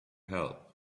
help